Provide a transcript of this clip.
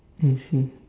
I see